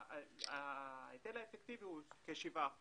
ההיטל האפקטיבי הוא כ-שבעה אחוז.